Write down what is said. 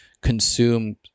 consume